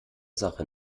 sache